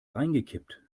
reingekippt